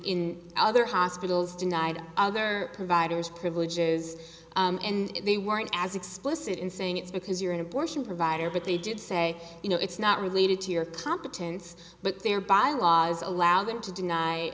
in other hospitals denied other providers privileges and they weren't as explicit in saying it's because you're an abortion provider but they did say you know it's not related to your competence but their bylaws allow them to